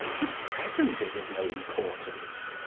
the present is of no importance.